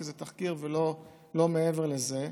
כי זה תחקיר ולא מעבר לזה,